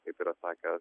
kaip yra sakęs